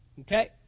Okay